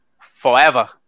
forever